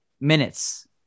minutes